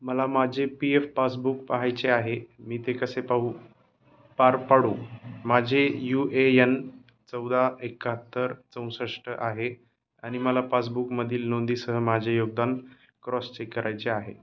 मला माझे P F passbook पाहायचे आहे मी ते कसे पाहू पार पाडू माझे यू ए यन चौदा एकाहत्तर चौसष्ट आहे आणि मला पासबुकमधील नोंदींसह माझे योगदान क्रॉश चेक करायचे आहे